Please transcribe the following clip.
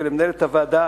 למנהלת הוועדה